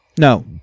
No